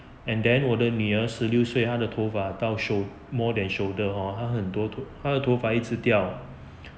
and then 我的女儿十六岁她的头发到 sho~ more than shoulder hor 她很多她头发一直掉